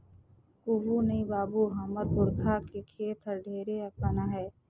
कुहू नइ बाबू, हमर पुरखा के खेत हर ढेरे अकन आहे